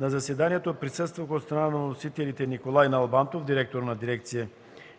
На заседанието присъстваха от страна на вносителите Николай Налбантов – директор на дирекция